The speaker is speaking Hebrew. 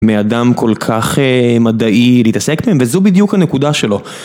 מאדם כל כך מדעי להתעסק בהם וזו בדיוק הנקודה שלו.